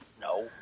no